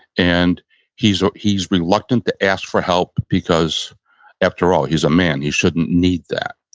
and he's he's reluctant to ask for help because after all, he's a man. he shouldn't need that.